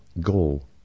goal